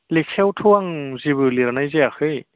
लेखायावथ' आं जेबो लिरनाय जायाखै